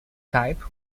type